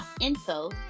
info